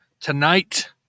tonight